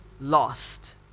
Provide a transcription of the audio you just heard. lost